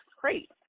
great